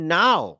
now